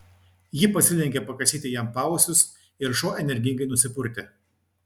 ji pasilenkė pakasyti jam paausius ir šuo energingai nusipurtė